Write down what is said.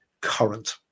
current